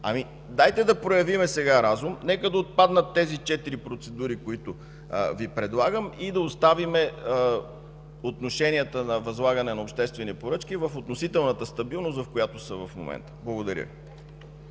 има. Дайте да проявим сега разум, нека да отпаднат тези четири процедури, които Ви предлагам, и да оставим отношенията на възлагане на обществени поръчки в относителната стабилност, в която са в момента. Благодаря.